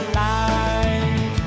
life